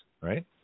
right